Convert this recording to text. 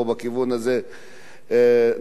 או בכיוון הזה נחשוב,